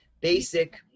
basic